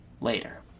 later